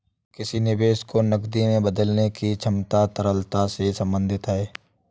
किसी निवेश को नकदी में बदलने की क्षमता तरलता से संबंधित है